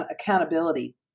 accountability